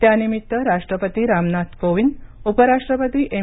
त्यानिमित्त राष्ट्रपती रामनाथ कोविंद उपराष्ट्रपती एम